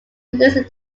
losing